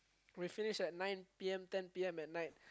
we finish at nine P_M ten P_M at night